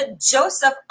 Joseph